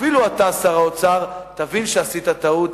אפילו אתה, שר האוצר, תבין שעשית טעות.